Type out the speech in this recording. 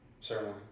ceremony